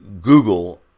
Google